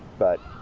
but,